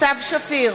סתיו שפיר,